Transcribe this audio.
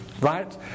right